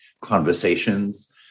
conversations